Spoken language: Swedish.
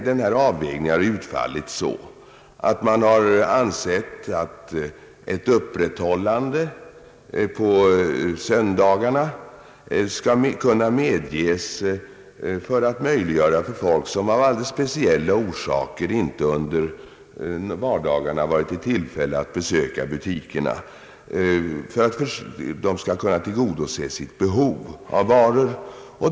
Denna avvägning har utfallit så att man har ansett att ett öppethållande på söndagarna skall kunna medges för att folk som av alldeles speciella orsaker inte under vardagarna varit i tillfälle att besöka butikerna skall kunna då tillgodose sitt behov av varor.